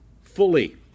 fully